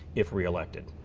if reelected?